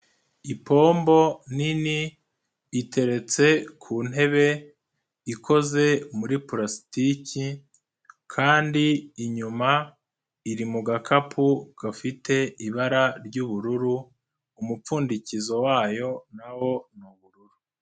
Ipombo nini iteretse ku ntebe ikoze muri purasitiki kandi inyuma iri mu gakapu gafite ibara ry'ubururu, umupfundikizo wayo na wo ni ubururu.